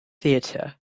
theatre